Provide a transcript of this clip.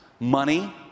Money